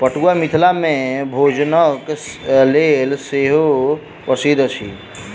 पटुआ मिथिला मे भोजनक लेल सेहो प्रसिद्ध अछि